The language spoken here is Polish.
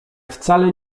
wcale